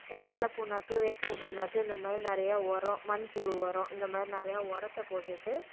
கடல புண்ணாக்கு வேப்பம் புண்ணாக்கு இந்தமாதிரி நிறையா உரம் மண் புழு உரம் இந்தமாதிரி நிறையா உரத்த போட்டுட்டு